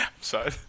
sorry